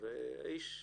והאיש התחמק.